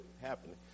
happening